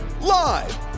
Live